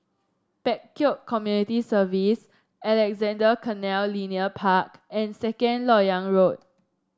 Pek Kio Community Centre Alexandra Canal Linear Park and Second LoK Yang Road